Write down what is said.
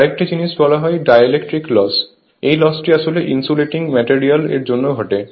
আরেকটি জিনিসকে বলা হয় ডাইলেক্ট্রিক লস এই লসটি আসলে ইন্সুলেটিং ম্যাটেরিয়াল এর জন্য ঘটে